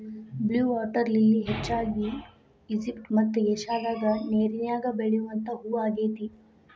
blue water lily ಹೂ ಹೆಚ್ಚಾಗಿ Egypt ಮತ್ತ ಏಷ್ಯಾದಾಗ ನೇರಿನ್ಯಾಗ ಬೆಳಿವಂತ ಹೂ ಆಗೇತಿ